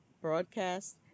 broadcast